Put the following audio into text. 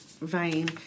vein